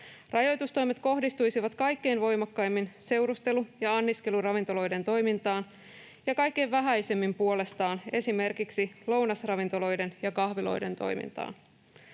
Rajoitustoimet kohdistuisivat kaikkein voimakkaimmin seurustelu- ja anniskeluravintoloiden toimintaan ja kaikkein vähäisimmin puolestaan esimerkiksi lounasravintoloiden ja -kahviloiden toimintaan.